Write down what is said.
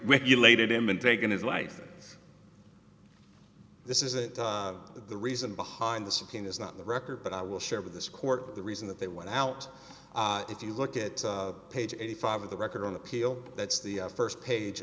regulated him and taken his life this isn't the reason behind the subpoenas not the record but i will share with this court the reason that they went out if you look at page eighty five of the record on appeal that's the first page